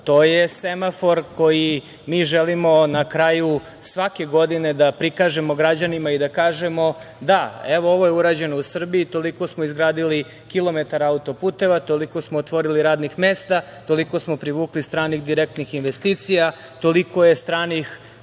to je semafor koji mi želimo na kraju svake godine da prikažemo građanima i da kažemo – da, evo, ovo je urađeno u Srbiji, toliko smo izgradili kilometara autoputeva, toliko smo otvorili radnih mesta, toliko smo privukli stranih direktnih investicija, toliko je stranih